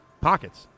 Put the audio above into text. pockets